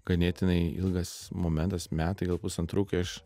ganėtinai ilgas momentas metai gal pusantrų kai aš